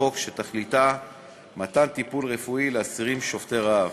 חוק שתכליתה מתן טיפול רפואי לאסירים שובתי רעב.